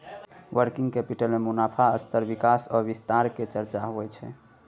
working capital में मुनाफ़ा स्तर विकास आ विस्तार के चर्चा होइ छइ